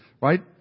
right